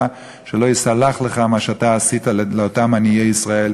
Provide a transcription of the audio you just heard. שלא ייסלח לך מה שאתה עשית לאותם עניי ישראל,